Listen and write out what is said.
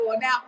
Now